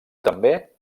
també